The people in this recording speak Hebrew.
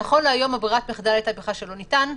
נכון להיום ברירת המחדל הייתה שלא ניתן.